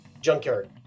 junkyard